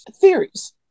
theories